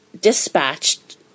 dispatched